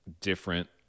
different